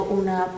una